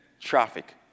traffic